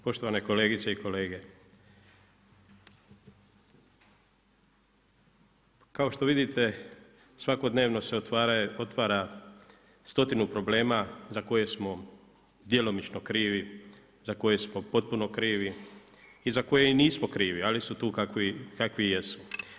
Poštovane kolegice i kolege, kao što vidite svakodnevno se otvara stotinu problema za koje smo djelomično krivi, za koje smo potpuno krivi i za koje i nismo krivi ali su tu kakvi jesu.